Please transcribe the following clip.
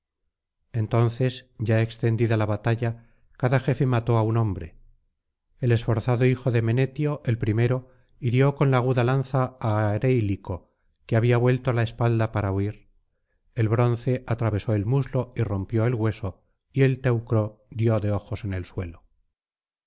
entonces ya extendida la batalla cada jefe mató á un hombre el esforzado hijo de menetio el primero hirió con la aguda lanza á areilico que había vuelto la espalda para huir el bronce atravesó el muslo y rompió el hueso y el teucro dio de ojos en el suelo